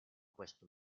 questo